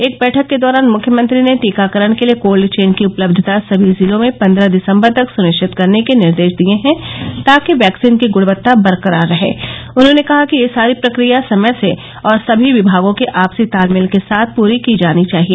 एक बैठक के दौरान मुख्यमंत्री ने टीकाकरण के लिए कोल्ड चेन की उपलब्धता सभी जिलों में पन्द्रह दिसंबर तक सुनिश्चित करने के निर्देश दिए हैं ताकि वैक्सीन की ग्णवत्ता बरकरार रहे उन्होंने कहा कि यह सारी प्रक्रिया समय से और सभी विभागों के आपसी तालमेल के साथ पूरी की जानी चाहिए